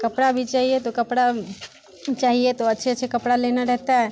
कपड़ा भी चाहिए तो कपड़ा चाहिए तो अच्छे अच्छे कपड़ा लेना रहता है